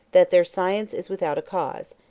that their science is without a cause,